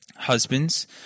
Husbands